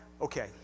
okay